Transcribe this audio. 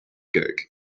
cock